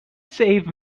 save